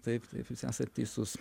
taip taip jūs esat teisus